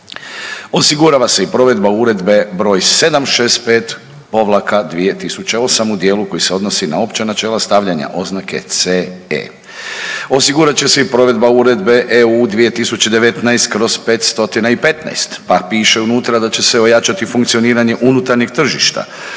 Osigurava se i provedba Uredbe broj 765-2008 u dijelu koji se odnosi na opća načela stavlja oznake CE. Osigurat će se i provedba Uredbe EU 2019/515, pa pište unutra da će se ojačati funkcioniranje unutarnjeg tržišta,